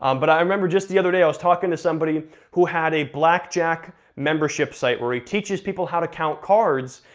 um but i remember just the other day i was talking to somebody who had a blackjack membership site, where he teaches people how to count cards,